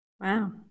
Wow